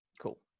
Cool